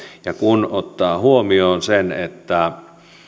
ja kun ottaa huomioon sen että